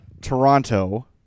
toronto